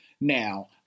Now